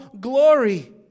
glory